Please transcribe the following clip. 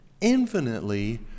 infinitely